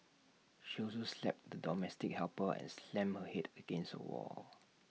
she also slapped the domestic helper and slammed her Head against A wall